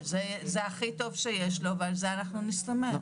אבל זה הכי טוב שיש לו ועל זה אנחנו נסתמך.